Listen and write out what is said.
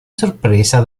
sorpresa